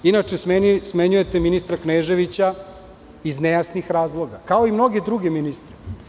Inače, smenjujete ministra Kneževića iz nejasnih razloga, kao i mnoge druge ministre.